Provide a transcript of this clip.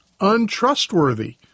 untrustworthy